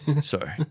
Sorry